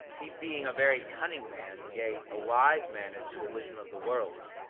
he being a very cunning man, yea, a wise man as to the wisdom of the world,